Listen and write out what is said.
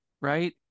right